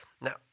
Now